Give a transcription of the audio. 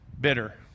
Bitter